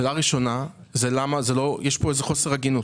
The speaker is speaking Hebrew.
שאלה ראשונה היא למה יש פה איזו חוסר הגינות.